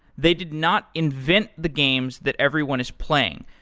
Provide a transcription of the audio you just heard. they did not invent the games that everyone is playing.